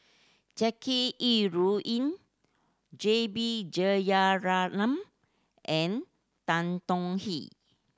Jackie Yi Ru Ying J B Jeyaretnam and Tan Tong Hye